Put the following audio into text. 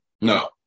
No